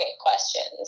questions